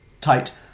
tight